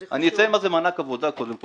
אני אציין מה זה מענק עבודה, קודם כל.